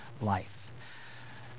life